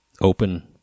open